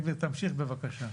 בן גביר, תמשיך בבקשה.